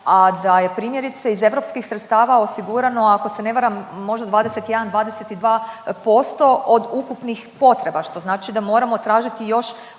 a da je primjerice iz europskih sredstava osigurano ako se ne varam možda 21, 22 posto od ukupnih potreba što znači da moramo tražiti još određene